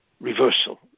reversal